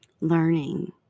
learning